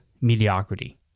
mediocrity